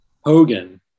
Hogan